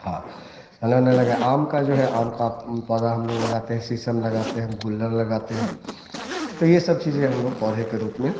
हाँ बनाना लगाए आम का जो है आम का पौधा हम लोग लगाते हैं शीशम लगाते हैं गुल्लड़ लगाते हैं तो ये सब चीज़ें हम लोग पौधे के रूप में